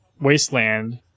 Wasteland